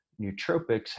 nootropics